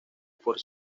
por